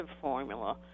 formula